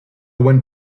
one